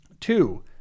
Two